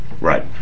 right